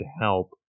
help